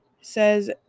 says